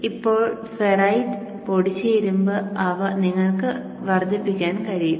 ഇപ്പോൾ ഫെറൈറ്റ് പൊടിച്ച ഇരുമ്പ് അവ നിങ്ങൾക്ക് വർദ്ധിപ്പിക്കാൻ കഴിയും